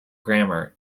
grammar